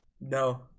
No